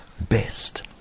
best